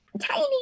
tiny